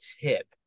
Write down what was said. tip